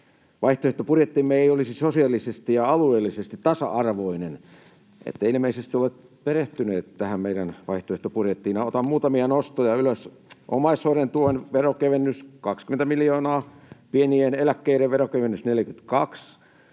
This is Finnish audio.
vaihtoehtobudjettimme ei olisi sosiaalisesti ja alueellisesti tasa-arvoinen. Ette ilmeisesti ole perehtynyt tähän meidän vaihtoehtobudjettiimme. Otan muutamia nostoja ylös: Omaishoidon tuen veronkevennys 20 miljoonaa, pienien eläkkeiden veronkevennys 42, maaseudun